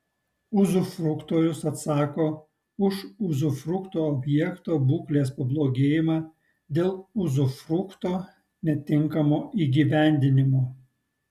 uzufruktorius atsako už uzufrukto objekto būklės pablogėjimą dėl uzufrukto netinkamo įgyvendinimo